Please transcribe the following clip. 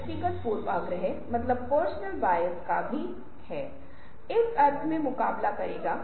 आइए हम इसके विवरण पर न जाएं मैं सिर्फ इस तरीके से अवगत करा रहा हूं कि आप इसका पता लगा सकते हैं